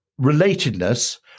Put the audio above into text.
relatedness